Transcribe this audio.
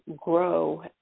grow